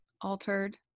altered